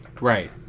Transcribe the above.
Right